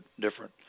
different